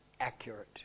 accurate